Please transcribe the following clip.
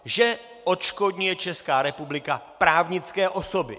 Že odškodňuje Česká republika právnické osoby.